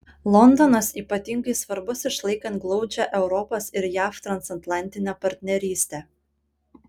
londonas ypatingai svarbus išlaikant glaudžią europos ir jav transatlantinę partnerystę